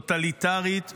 טוטליטרית וברברית.